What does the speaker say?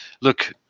look